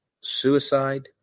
suicide